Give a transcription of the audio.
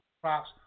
props